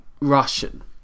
Russian